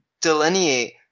delineate